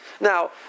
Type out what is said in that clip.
Now